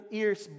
ears